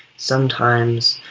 sometimes,